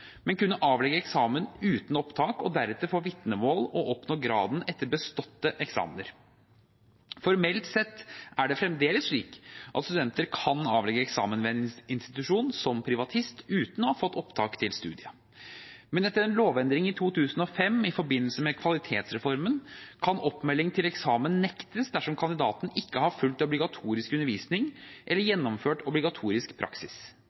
men kunne avlegge eksamen uten opptak og deretter få vitnemål og oppnå graden etter beståtte eksamener. Formelt sett er det fremdeles slik at studenter kan avlegge eksamen ved en institusjon som privatist uten å ha fått opptak til studiet. Men etter en lovendring i 2005, i forbindelse med kvalitetsreformen, kan oppmelding til eksamen nektes dersom kandidaten ikke har fulgt obligatorisk undervisning eller gjennomført obligatorisk praksis.